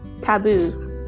taboos